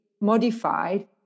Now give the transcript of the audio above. modified